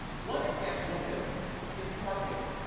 one example of this is smart bidding.